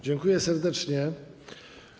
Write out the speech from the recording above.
Dziękuję serdecznie.